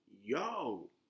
Yo